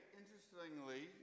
interestingly